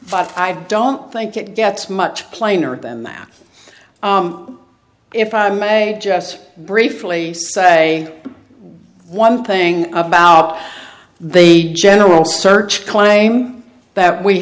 i don't think it gets much plainer than that if i may just briefly say one thing about the general search claim that we